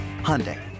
Hyundai